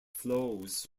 flows